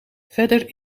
verder